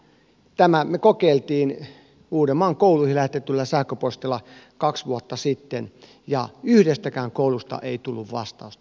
tämän me kokeilimme uudenmaan kouluihin lähetetyllä sähköpostilla kaksi vuotta sitten ja yhdestäkään koulusta ei tullut vastausta